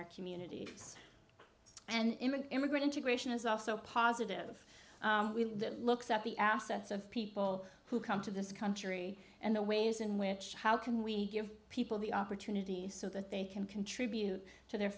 our communities and im an immigrant integration is also positive we looks at the assets of people who come to this country and the ways in which how can we give people the opportunity so that they can contribute to their